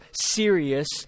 serious